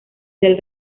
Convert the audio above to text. del